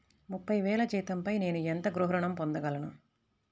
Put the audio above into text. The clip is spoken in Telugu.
ముప్పై వేల జీతంపై నేను ఎంత గృహ ఋణం పొందగలను?